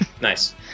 nice